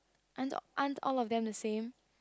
aren't aren't all of them the same